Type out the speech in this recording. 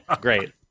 Great